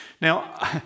Now